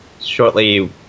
Shortly